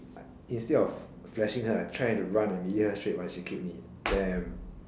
instead of flashing her I try to run and melee her straight but she killed me damn